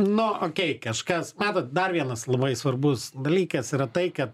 no okei kažkas matot dar vienas labai svarbus dalykas yra tai kad